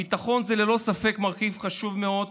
הביטחון הוא ללא ספק מרכיב חשוב מאוד,